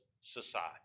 society